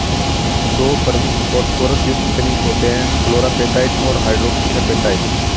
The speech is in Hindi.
दो प्रमुख फॉस्फोरस युक्त खनिज होते हैं, फ्लोरापेटाइट और हाइड्रोक्सी एपेटाइट